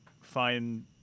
find